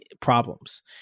problems